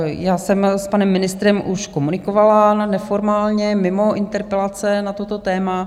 Já jsem s panem ministrem už komunikovala neformálně, mimo interpelace na toto téma.